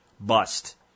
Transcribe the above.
bust